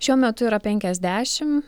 šiuo metu yra penkiasdešim